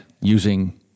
using